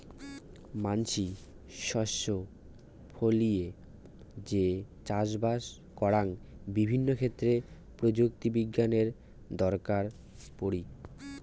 মানসি শস্য ফলিয়ে যে চাষবাস করং বিভিন্ন ক্ষেত্রে প্রযুক্তি বিজ্ঞানের দরকার পড়ি